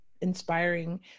inspiring